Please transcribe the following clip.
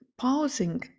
pausing